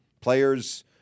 Players